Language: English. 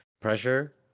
pressure